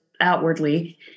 outwardly